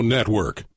Network